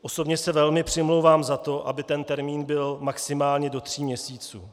Osobně se velmi přimlouvám za to, aby ten termín byl maximálně do tří měsíců.